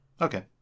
okay